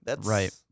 Right